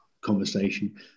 conversation